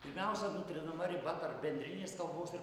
pirmiausia nutrinama riba tarp bendrinės kalbos ir